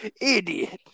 idiot